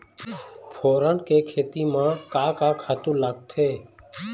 फोरन के खेती म का का खातू लागथे?